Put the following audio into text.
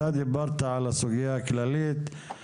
אתה דיברת על הסוגיה הכללית.